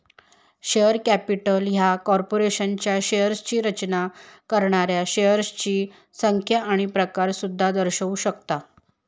share capital ह्या कॉर्पोरेशनच्या शेअर्सची रचना करणाऱ्या शेअर्सची संख्या आणि प्रकार सुद्धा दर्शवू शकता